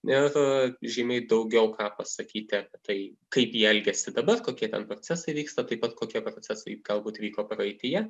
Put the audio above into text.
ir žymiai daugiau ką pasakyti tai kaip ji elgiasi dabar kokie ten procesai vyksta taip pat kokie procesai galbūt vyko praeityje